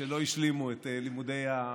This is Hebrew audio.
שלא השלימו את הלימודים.